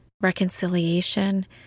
reconciliation